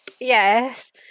Yes